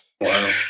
Wow